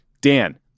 Dan